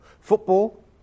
Football